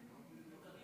מה יש לך?